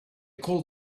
called